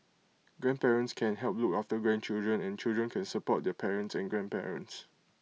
grandparents can help look after grandchildren and children can support their parents and grandparents